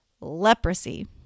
leprosy